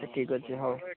ଆଚ୍ଛା ଠିକ୍ ଅଛି ହେଉ